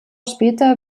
später